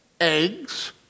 eggs